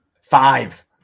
five